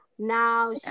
Now